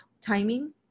timing